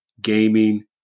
gaming